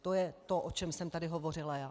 To je to, o čem jsem tady hovořila já.